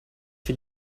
wie